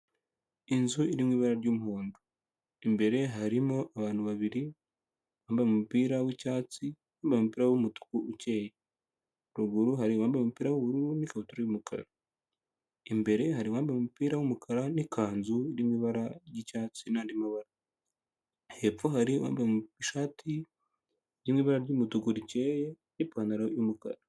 Inzu iri mu ibara ry'umuhondo, imbere harimo abantu babiri, uwambaye umupira w'icyatsi, n'uwambaye umupira w'umutuku ukeye, ruguru hari uwambaye umupira w'ubururu n'ikabutura y'umukara, imbere hari uwambaye umupira w'umukara, n'ikanzu iri mu ibara ry'icyatsi n'andi mabara, hepfo hari uwambaye ishati iri mu ibara ry'umutuku rikeye, n'ipantaro y'umukara.